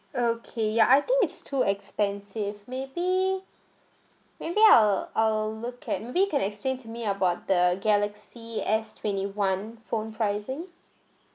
okay ya I think it's too expensive maybe maybe I'll I'll look at maybe can explain to me about the galaxy S twenty one phone pricing